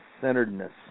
centeredness